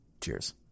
Cheers